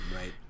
Right